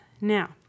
Now